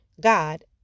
God